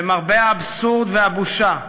למרבה האבסורד והבושה,